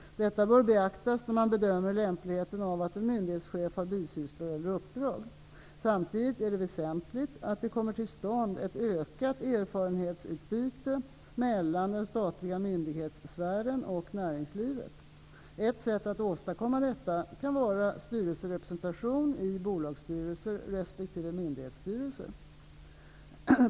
Detta bör beaktas när man bedömer lämpligheten av att en myndighetschef har bisysslor eller uppdrag. Samtidigt är det väsentligt att det kommer till stånd ett ökat erfarenhetsutbyte mellan den statliga myndighetssfären och näringslivet. Ett sätt att åstadkomma detta kan vara styrelserepresentation i bolagsstyrelser resp. myndighetsstyrelser.